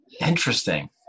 Interesting